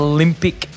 Olympic